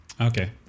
Okay